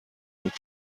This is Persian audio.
بود